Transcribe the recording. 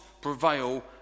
prevail